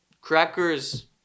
Crackers